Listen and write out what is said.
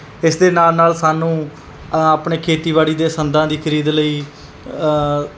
ਇਸ ਦੇ ਨਾਲ ਨਾਲ ਸਾਨੂੰ ਆਪਣੇ ਖੇਤੀਬਾੜੀ ਦੇ ਸੰਦਾਂ ਦੀ ਖਰੀਦ ਲਈ